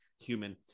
human